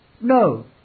No